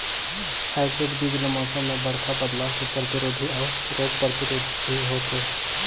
hybrid बीज ल मौसम में बड़खा बदलाव के प्रतिरोधी अऊ रोग प्रतिरोधी भी होथे